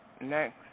Next